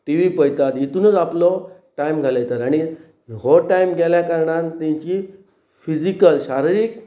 T V पळयतात हितुनूच आपलो टायम घालयतात आनी हो टायम गेल्या कारणान तेंची फिजीकल शारिरीक